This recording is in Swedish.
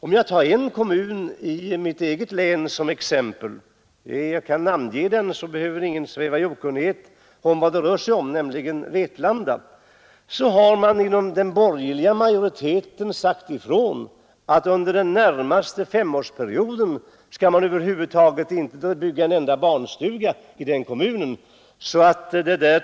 Om jag tar en kommun i mitt eget län som exempel — jag kan namnge den, så behöver ingen sväva i okunnighet om vilken det rör sig om, nämligen Vetlanda — har den borgerliga majoriteten där sagt att man under den närmaste femårsperioden inte skall bygga en enda barnstuga.